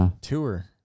tour